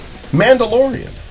Mandalorian